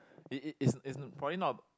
it it it's it's for you not a